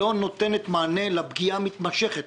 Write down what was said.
לא נותנת מענה לפגיעה המתמשכת,